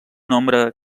nombre